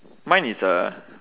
mine is a